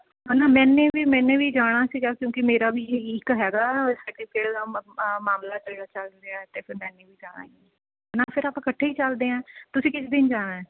ਹੈ ਨਾ ਮੈਨੂੰ ਵੀ ਮੈ ਵੀ ਜਾਣਾ ਸੀ ਕਿਉਂਕਿ ਮੇਰਾ ਵੀ ਇੱਕ ਹੈਗਾ ਸਰਟੀਫਿਕੇਟ ਦਾ ਮਾਮਲਾ ਚਲ ਰਿਹਾ ਅਤੇ ਫਿਰ ਮੈਨੇ ਵੀ ਜਾਣਾ ਫਿਰ ਆਪਾਂ ਇਕੱਠੇ ਹੀ ਚੱਲਦੇ ਹਾਂ ਤੁਸੀਂ ਕਿਸ ਦਿਨ ਜਾਣਾ